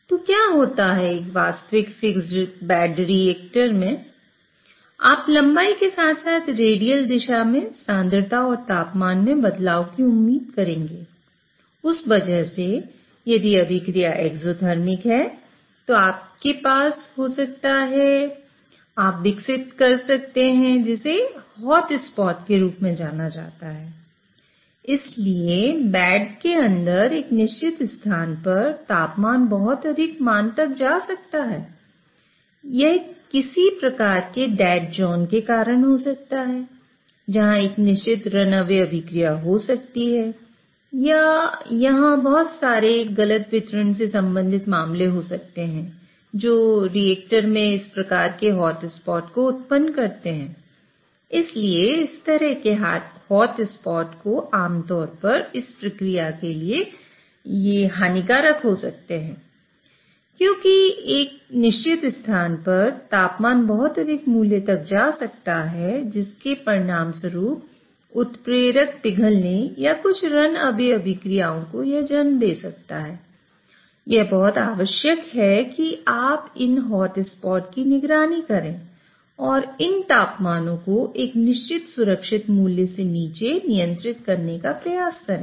तो क्या होता है एक वास्तविक फिक्स्ड बेड रिएक्टर की निगरानी करें और इन तापमानों को एक निश्चित सुरक्षित मूल्य से नीचे नियंत्रित करने का प्रयास करें